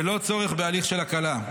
בלא צורך בהליך של הקלה,